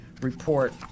report